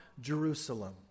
Jerusalem